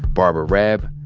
barbara raab,